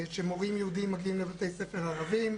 שמורים יהודים מגיעים לבתי ספר ערביים.